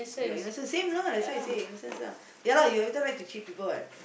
your innocence same lah that's why I say innocence lah ya lah you every time like to cheat people what